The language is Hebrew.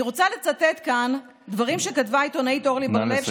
אני רוצה לצטט כאן דברים שכתבה העיתונאית אור-לי ברלב,